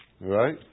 right